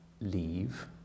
leave